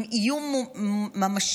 עם איום ממשי,